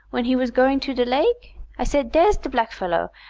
when he was going to de lake? i said dere's de blackfellow,